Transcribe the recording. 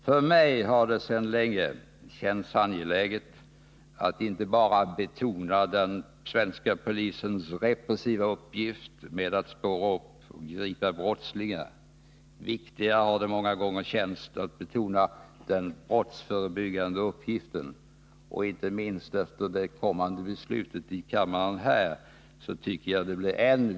För mig har det sedan länge känts angeläget att betona inte bara den svenska polisens repressiva uppgift att spåra upp och gripa brottslingar utan också dess brottsförebyggande uppgift och dess sociala uppgift med service gentemot den allmänhet som polisen har att tjäna.